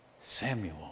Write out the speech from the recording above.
Samuel